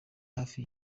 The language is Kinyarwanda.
hafi